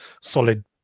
solid